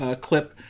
clip